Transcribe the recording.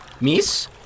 Miss